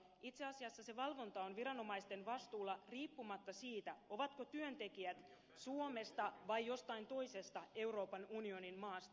itse asiassa se valvonta on viranomaisten vastuulla riippumatta siitä ovatko työntekijät suomesta vai jostain toisesta euroopan unionin maasta